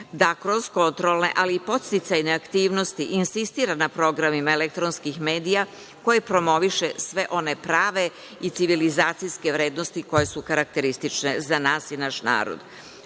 da kroz kontrolne, ali i podsticajne aktivnosti insistira na programima elektronskih medija koje promoviše sve one prave i civilizacijske vrednosti koje su karakteristične za nas, naš narod